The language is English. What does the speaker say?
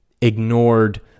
ignored